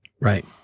Right